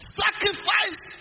sacrifice